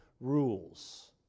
rules